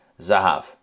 Zahav